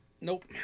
Nope